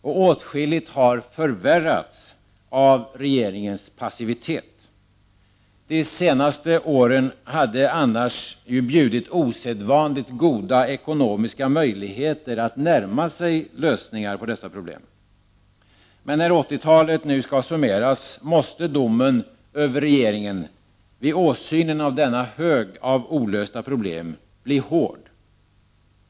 Och åtskilligt har förvärrats av regeringens passivitet. De senaste åren hade annars bjudit osedvanligt goda ekonomiska möjligheter att närma sig lösningar på dessa problem. Men när 80-talet nu skall summeras måste domen över regeringen — vid åsynen av denna hög av olösta problem — bli hård.